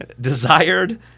desired